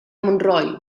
montroi